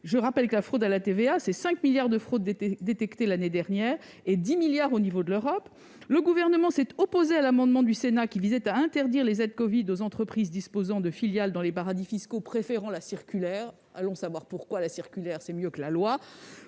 Je rappelle que la fraude à la TVA représente 5 milliards d'euros détectés l'année dernière et 10 milliards au niveau de l'Europe. Le Gouvernement s'est opposé à l'amendement du Sénat qui visait à interdire les aides covid aux entreprises disposant de filiales dans les paradis fiscaux, préférant- allons savoir pourquoi -la circulaire, qui est peut-être mieux que la loi.